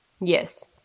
Yes